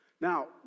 Now